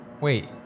Wait